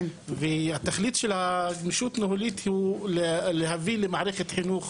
ותכלית הגמישות הניהולית הוא להביא למערכת חינוך